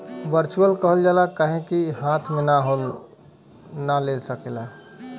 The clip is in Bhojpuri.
वर्चुअल कहल जाला काहे कि ई हाथ मे ना ले सकेला